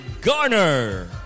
Garner